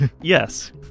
Yes